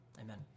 Amen